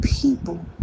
people